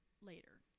Later